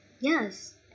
Yes